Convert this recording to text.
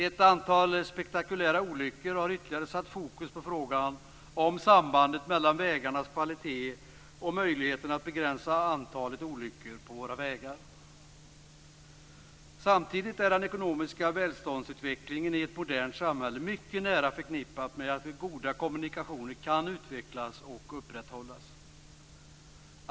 Ett antal spektakulära olyckor har ytterligare satt fokus på frågan om sambandet mellan vägarnas kvalitet och möjligheten att begränsa antalet olyckor på våra vägar. Samtidigt är den ekonomiska välståndsutvecklingen i ett modern samhälle mycket nära förknippad med att goda kommunikationer kan utvecklas och upprätthållas.